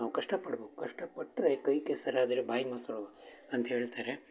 ನಾವು ಕಷ್ಟ ಪಡಬೇಕು ಕಷ್ಟ ಪಟ್ಟರೆ ಕೈ ಕೆಸರಾದರೆ ಬಾಯಿ ಮೊಸರು ಅಂತ ಹೇಳ್ತಾರೆ